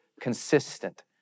consistent